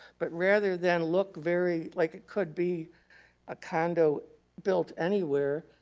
but rather than look very, like it could be a condo built anywhere,